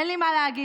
אין לי מה להגיד.